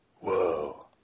Whoa